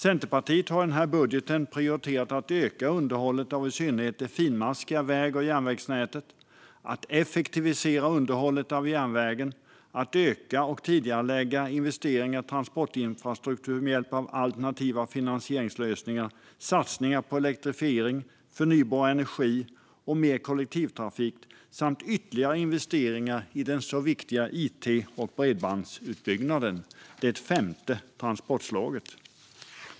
Centerpartiet har i budgeten prioriterat att öka underhållet av i synnerhet det finmaskiga väg och järnvägsnätet, att effektivisera underhållet av järnvägen och att öka och tidigarelägga investeringar i transportinfrastruktur med hjälp av alternativa finansieringslösningar. Vi har prioriterat satsningar på elektrifiering, förnybar energi och mer kollektivtrafik samt ytterligare investeringar i den så viktiga it och bredbandsutbyggnaden - det femte transportslaget.